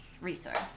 resource